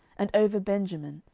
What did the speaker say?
and over benjamin,